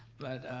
but